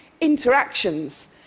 interactions